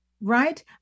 right